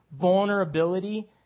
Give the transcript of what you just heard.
vulnerability